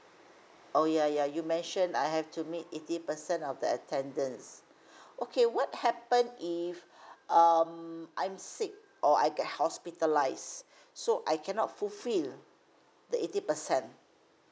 oh yeah yeah you mentioned I have to make eighty percent of the attendance okay what happen if um I'm sick or I get hospitalised so I cannot fulfill the eighty percent